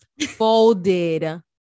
folded